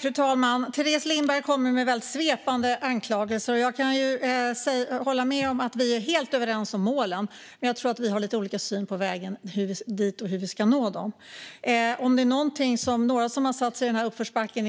Fru talman! Teres Lindberg kommer med väldigt svepande anklagelser. Jag kan hålla med om att vi är helt överens om målen, men jag tror att vi har lite olika syn på vägen dit och hur vi ska nå dem. Om det är någon som har satt sig i en släpvagn i uppförsbacke